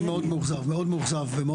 אני מאוד מאוכזב וכועס.